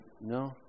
No